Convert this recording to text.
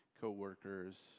co-workers